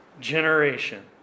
generation